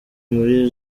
muri